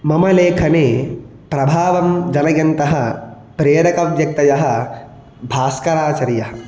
मम लेखने प्रभावं जनयन्तः प्रेरकव्यक्तयः भास्कराचार्यः